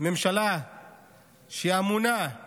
ממשלה שאמונה על